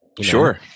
Sure